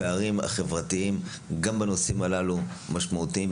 הפערים החברתיים גם בנושאים הללו משמעותיים,